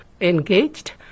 engaged